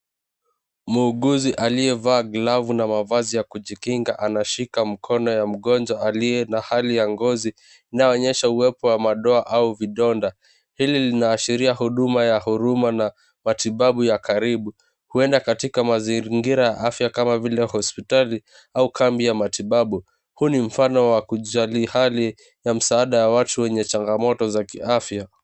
Muuguzi aliyevaa glavu na mavazi ya kujikinga anashika mkono ya mgonjwa aliye na hali ya ngozi inayoonyesha uwepo wa madoa au vidonda. Hili linaashiria huduma ya huruma na matibabu ya karibu, huenda katika mazingira ya afya kama vile hospitali au kambi ya matibabu. Huu ni mfano wa kujali hali ya msaada wa watu wenye changamoto za kiafya.